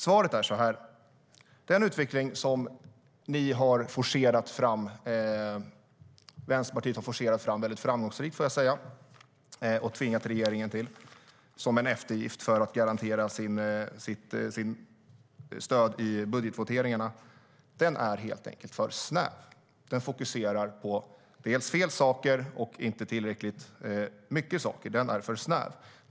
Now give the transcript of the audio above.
Svaret är att den utveckling som Vänsterpartiet har forcerat fram - väldigt framgångsrikt, får jag säga - och tvingat regeringen till som en eftergift för att få garanterat stöd i budgetvoteringarna, helt enkelt är för snäv. Den fokuserar på fel saker och inte tillräckligt många saker. Den är för snäv.